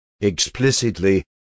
Explicitly